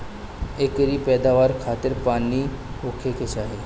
एकरी पैदवार खातिर पानी होखे के चाही